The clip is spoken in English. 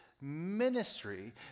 ministry